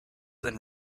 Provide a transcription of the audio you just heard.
and